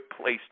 place